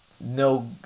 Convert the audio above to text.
no